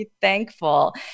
thankful